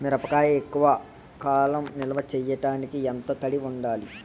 మిరపకాయ ఎక్కువ కాలం నిల్వ చేయటానికి ఎంత తడి ఉండాలి?